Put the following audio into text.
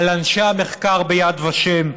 על אנשי המחקר ביד ושם.